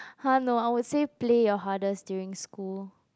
!huh! no I would say play your hardest during school